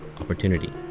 opportunity